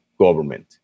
government